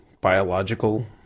biological